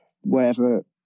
wherever